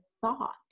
thought